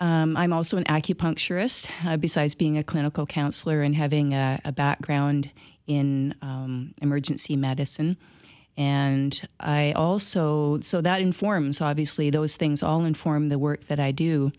i'm also an acupuncturist besides being a clinical counsellor and having a background in emergency medicine and i also so that informs obviously those things all inform the work that i do